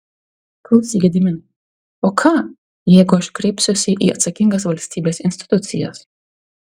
klausyk gediminai o ką jeigu aš kreipsiuosi į atsakingas valstybės institucijas